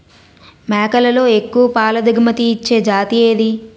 మేకలలో ఎక్కువ పాల దిగుమతి ఇచ్చే జతి ఏది?